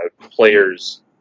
players